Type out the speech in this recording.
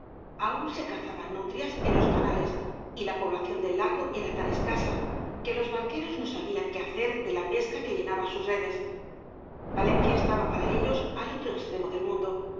aun se cazaban nu trias en los canales y la población del lago era tan escasa que los barqueros no sabían qué hacer de la pesca que llenaba sus redes valencia estaba para ellos al otro extremo del mundo